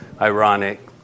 ironic